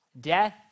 Death